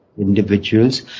individuals